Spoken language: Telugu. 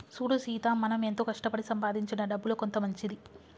సూడు సీత మనం ఎంతో కష్టపడి సంపాదించిన డబ్బులో కొంత మంచిది